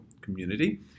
community